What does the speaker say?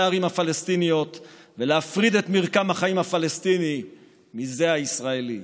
הערים הפלסטיניות ולהפריד את מרקם החיים הפלסטיני מזה הישראלי,